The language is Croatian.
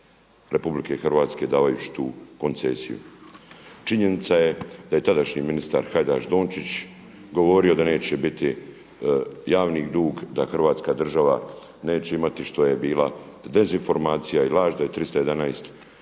interesa RH davajući tu koncesiju. Činjenica je da je tadašnji ministar Hajdaš Dončić govorio da neće biti javni dug, da Hrvatska država neće imati što je bila dezinformacija i laž da je 311